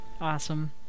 Awesome